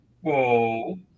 Whoa